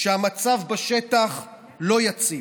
שהמצב בשטח לא יציב.